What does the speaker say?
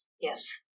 Yes